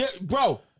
Bro